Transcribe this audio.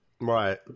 Right